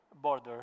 border